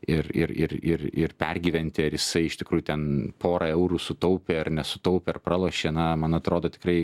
ir ir ir ir ir pergyventi ar jisai iš tikrųjų ten porą eurų sutaupė nesutaupė ar pralošė na man atrodo tikrai